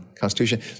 Constitution